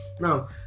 Now